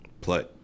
play